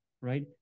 right